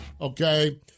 okay